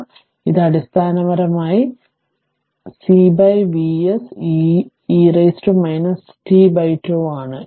അതിനാൽ ഇത് അടിസ്ഥാനപരമായി ആയിരിക്കും ഇത് c Vs e e tτ ആണ്